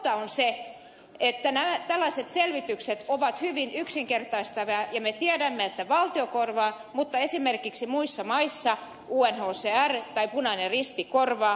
totta on se että tällaiset selvitykset ovat hyvin yksinkertaistavia ja me tiedämme että valtio korvaa mutta esimerkiksi muissa maissa unhcr tai punainen risti korvaa